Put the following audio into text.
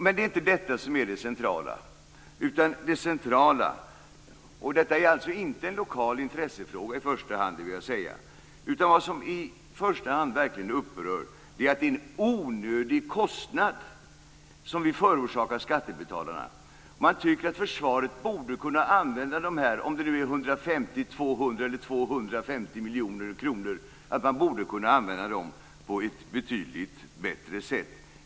Men detta är inte det centrala, utan det centrala - och detta är alltså inte i första hand en lokal intressefråga - och det som i första hand verkligen upprör är att vi på det här sättet förorsakar skattebetalarna en onödig kostnad. Försvaret borde kunna använda de här pengarna - om det nu är 150, 200 eller 250 miljoner kronor - på ett betydligt bättre sätt.